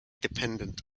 dependent